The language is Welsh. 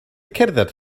cerdded